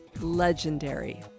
Legendary